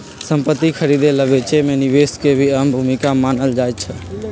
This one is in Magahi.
संपति खरीदे आ बेचे मे निवेश के भी अहम भूमिका मानल जाई छई